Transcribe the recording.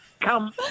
come